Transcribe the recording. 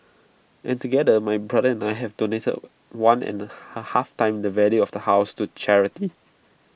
and together my brother and I have donated one and A half times the value of the house to charity